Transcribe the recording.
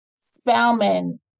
Spelman